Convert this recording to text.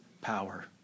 power